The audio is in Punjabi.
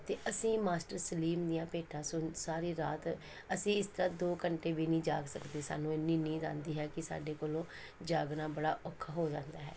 ਅਤੇ ਅਸੀਂ ਮਾਸਟਰ ਸਲੀਮ ਦੀਆਂ ਭੇਟਾਂ ਸੁਣ ਸਾਰੀ ਰਾਤ ਅਸੀਂ ਇਸ ਤਰ੍ਹਾਂ ਦੋ ਘੰਟੇ ਵੀ ਨਹੀਂ ਜਾਗ ਸਕਦੇ ਸਾਨੂੰ ਇੰਨੀ ਨੀਂਦ ਆਉਂਦੀ ਹੈ ਕਿ ਸਾਡੇ ਕੋਲੋਂ ਜਾਗਣਾ ਬੜਾ ਔਖਾ ਹੋ ਜਾਂਦਾ ਹੈ